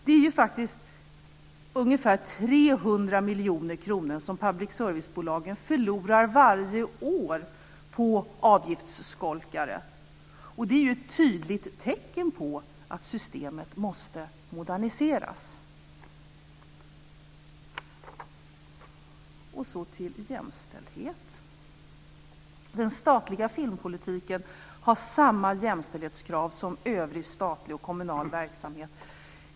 Det är ju faktiskt ungefär 300 miljoner kronor som public service-bolagen förlorar varje år på avgiftsskolkare, och det är ju ett tydligt tecken på att systemet måste moderniseras. Så vill jag ta upp jämställdhet. Den statliga filmpolitiken har samma jämställdhetskrav som övrig statlig och kommunal verksamhet.